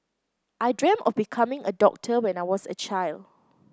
I dreamt of becoming a doctor when I was a child